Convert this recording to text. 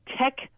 tech